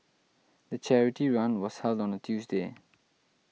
the charity run was held on a Tuesday